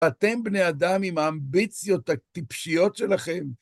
אתם בני אדם עם האמביציות הטיפשיות שלכם?